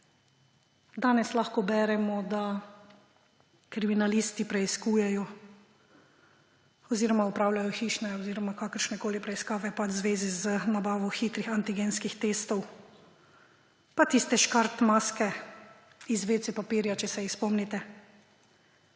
Danes lahko beremo, da kriminalisti preiskujejo oziroma opravljajo hišne ali kakršnekoli preiskave v zvezi z nabavo hitrih antigenskih testov. Pa tiste škart maske iz WC papirja, če se jih spomnite.